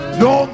no